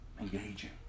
Engaging